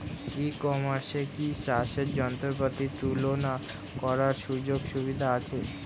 ই কমার্সে কি চাষের যন্ত্রপাতি তুলনা করার সুযোগ সুবিধা আছে?